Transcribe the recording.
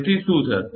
તેથી શું થશે